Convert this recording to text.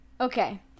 Okay